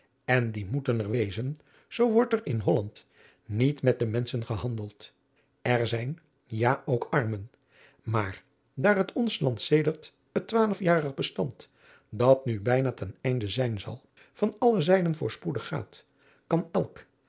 en die moeten er wezen zoo wordt er in holland niet met de menschen gehandeld er zijn ja ook armen maar daar het ons land sedert het twaalfjarig bestand dat nu bijna ten einde zijn zal van alle zijden voorspoedig gaat kan elk